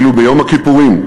ואילו ביום הכיפורים,